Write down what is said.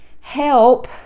help